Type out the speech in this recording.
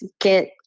get